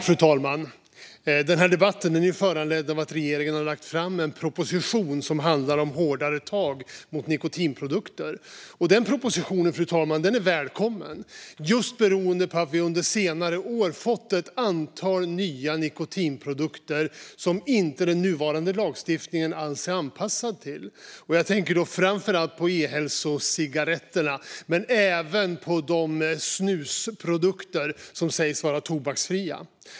Fru talman! Den här debatten är föranledd av att regeringen har lagt fram en proposition som handlar om hårdare tag mot nikotinprodukter. Den propositionen, fru talman, är välkommen. Vi har under senare år fått ett antal nya nikotinprodukter som inte den nuvarande lagstiftningen alls är anpassad till. Jag tänker framför allt på ehälsocigaretterna men även på de snusprodukter som sägs vara tobaksfria.